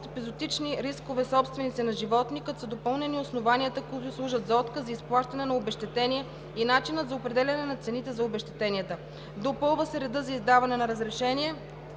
епизоотични рискове собственици на животни, като са допълнени основанията, които служат за отказ за изплащане на обезщетения и начинът за определяне на цените за обезщетенията. Допълва се редът за издаване на разрешения